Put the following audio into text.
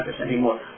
anymore